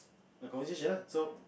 the conversation lah so